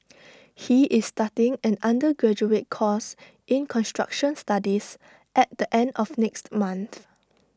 he is starting an undergraduate course in construction studies at the end of next month